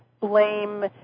blame